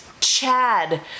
Chad